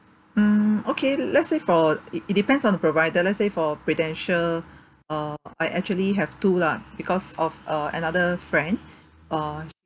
mm okay let's say for it it depends on the provider let's say for prudential uh I actually have two lah because of uh another friend uh